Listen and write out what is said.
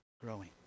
growing